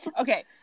Okay